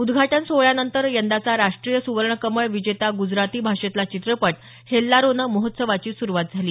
उद्घाटन सोहळ्यानंतर यंदाचा राष्ट्रीय सुवर्णकमळ विजेतस गुजराथी भाषेतला चित्रपट हेल्लारोनं महोत्सवाची सुरूवात झाली